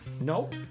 Nope